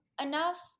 enough